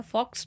Fox